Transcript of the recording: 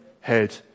head